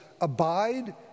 Abide